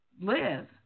live